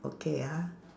okay ah